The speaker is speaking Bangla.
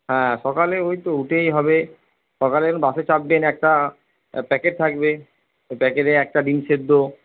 হ্যাঁ সকালে ওই তো উঠেই হবে সকালে যখন বাসে চাপবেন একটা প্যাকেট থাকবে ওই প্যাকেটে একটা ডিম সেদ্ধ